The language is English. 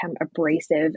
abrasive